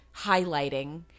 highlighting